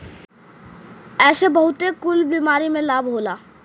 एसे बहुते कुल बीमारी में लाभ होला